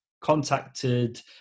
contacted